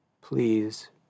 please